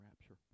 rapture